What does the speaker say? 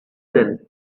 then